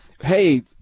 hey